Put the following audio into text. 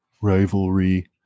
rivalry